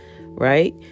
right